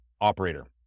operator